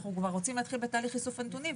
אנחנו רוצים להתחיל בתהליך איסוף הנתונים,